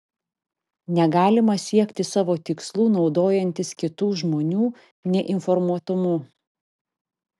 negalima siekti savo tikslų naudojantis kitų žmonių neinformuotumu